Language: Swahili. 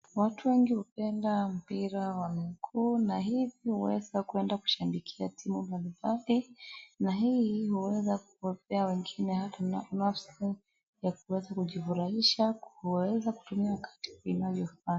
Watu wengi hupenda mpira wa miguu na hivi huweza kuenda kushabikia timu mbalimbali, na hii huweza kuwapea wengine hata nafsi ya kuweza kujifurahisha, kuweza kutumia wakati inavyofaa.